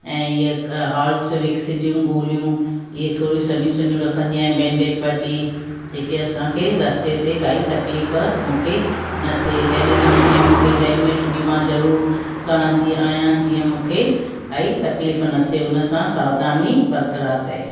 ऐं इहा हिकु हॉल्स विक्स जूं गोलियूं इहे थोरी सन्हियूं सन्हियूं रखंदी आहियां बैंडेड पटी जेके असांखे रस्ते ते काई तकलीफ़ मूंखे न थिए अहिड़े नमूने मूंखे हैलमेट बि मां ज़रूरु खणंदी आहियां जीअं मूंखे काई तकलीफ़ न थिए उन सां सावधानी बरकरारु रहे